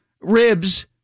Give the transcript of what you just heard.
ribs